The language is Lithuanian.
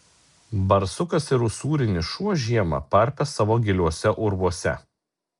barsukas ir usūrinis šuo žiemą parpia savo giliuose urvuose